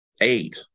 eight